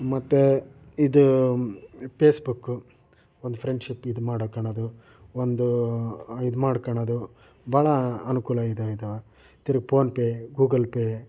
ಮತ್ತೆ ಇದು ಪೇಸ್ಬುಕ್ಕು ಒಂದು ಫ್ರೆಂಡ್ಶಿಪ್ ಇದು ಮಾಡ್ಕೊಳ್ಳೋದು ಒಂದು ಇದು ಮಾಡ್ಕೊಳ್ಳೋದು ಭಾಳ ಅನುಕೂಲ ಇದೆ ಇದು ತಿರ್ಗ ಪೋನ್ ಪೇ ಗೂಗಲ್ ಪೇ